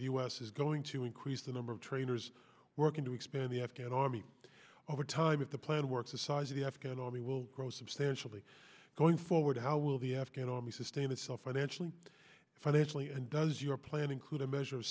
the u s is going to increase the number of trainers working to expand the afghan army over time if the plan works the size of the afghan army will grow substantially going forward how will the afghan army sustain itself financially financially and does your plan include a measure of